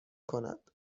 کند